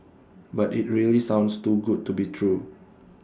but IT really sounds too good to be true